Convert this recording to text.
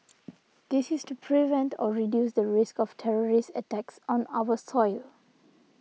this is to prevent or reduce the risk of terrorist attacks on our soil